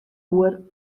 oer